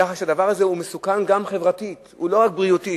כך שהדבר הזה מסוכן גם חברתית, לא רק בריאותית.